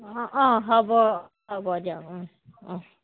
অঁ অঁ হ'ব হ'ব দিয়ক অঁ